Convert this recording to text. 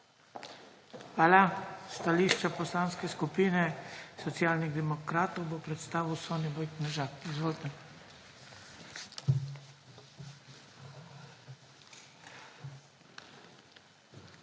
Hvala. Stališče Poslanske skupine Socialnih demokratov bo predstavil Soniboj Knežak. Izvolite.